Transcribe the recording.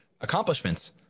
accomplishments